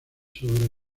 sobre